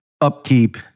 upkeep